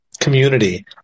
community